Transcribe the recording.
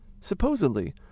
Supposedly